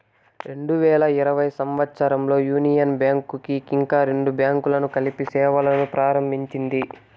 రెండు వేల ఇరవై సంవచ్చరంలో యూనియన్ బ్యాంక్ కి ఇంకా రెండు బ్యాంకులను కలిపి సేవలును ప్రారంభించింది